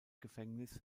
gefängnis